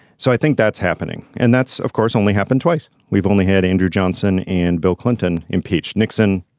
so i think that's happening. and that's of course only happened twice. we've only had andrew johnson and bill clinton impeach nixon.